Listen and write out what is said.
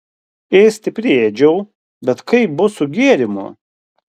ėsti priėdžiau bet kaip bus su gėrimu